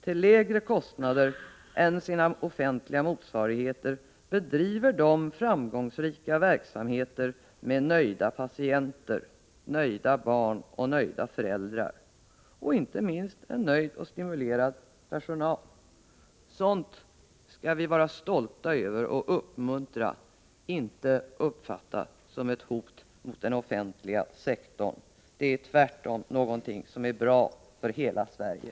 Till lägre kostnader än sina offentliga motsvarigheter bedriver de framgångsrika verksamheter med nöjda patienter, nöjda barn och nöjda föräldrar samt inte minst en nöjd och stimulerad personal. Sådant skall vi vara stolta över och uppmuntra, inte uppfatta som ett hot mot den offentliga sektorn. Det är tvärtom någonting som är bra för hela Sverige.